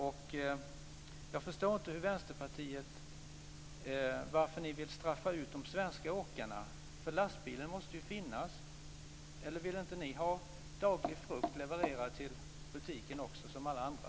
Jag förstår inte varför Vänsterpartiet vill straffa ut de svenska åkarna. Lastbilen måste ju finnas, eller vill inte ni ha frukt levererad till butiken dagligen som alla andra?